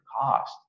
cost